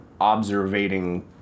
observating